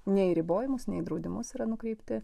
ne į ribojimus ne į draudimus yra nukreipti